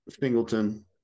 Singleton